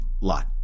Lot